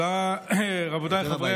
רבותיי חברי